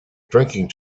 drinking